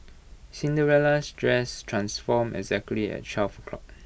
Cinderella's dress transformed exactly at twelve o'clock